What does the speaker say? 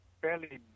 fairly